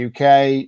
UK